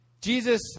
Jesus